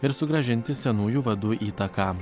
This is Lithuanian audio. ir sugrąžinti senųjų vadų įtaką